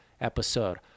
episode